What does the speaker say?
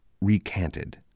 recanted